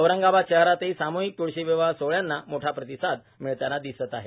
औरंगाबाद शहरातही साम्हिक तुळशीविवाह सोहळ्यांना मोठा प्रतिसाद मिळताना दिसत आहे